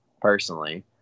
personally